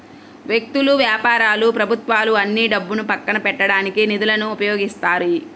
వ్యక్తులు, వ్యాపారాలు ప్రభుత్వాలు అన్నీ డబ్బును పక్కన పెట్టడానికి నిధులను ఉపయోగిస్తాయి